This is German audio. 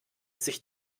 sich